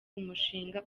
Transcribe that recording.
umushinga